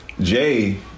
Jay